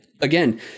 again